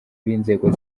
b’inzego